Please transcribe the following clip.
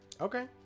Okay